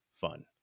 fun